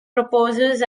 proposes